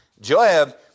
Joab